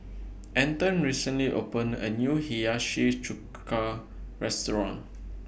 Anton recently opened A New Hiyashi Chuka Restaurant